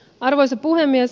arvoisa puhemies